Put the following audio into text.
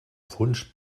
fons